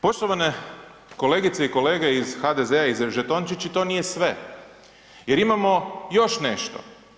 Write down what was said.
Poštovane kolegice i kolege iz HDZ-a i žetončići, to nije sve jer imamo još nešto.